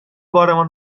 بارمان